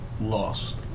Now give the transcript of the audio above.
lost